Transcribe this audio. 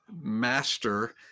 master